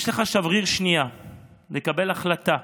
יש לך שבריר שנייה לקבל החלטה,